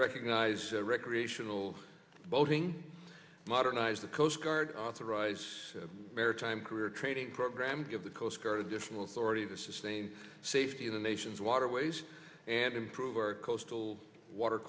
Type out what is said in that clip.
recognize recreational boating modernize the coast guard authorize maritime career training program give the coast guard additional authority to sustain safety of the nation's waterways and improve our coastal water